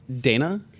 Dana